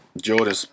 Jordan